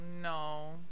no